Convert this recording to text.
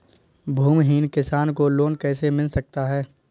भूमिहीन किसान को लोन कैसे मिल सकता है?